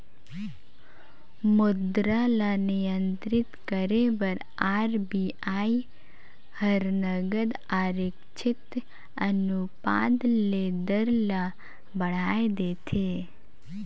मुद्रा ल नियंत्रित करे बर आर.बी.आई हर नगद आरक्छित अनुपात ले दर ल बढ़ाए देथे